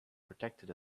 protected